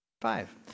Five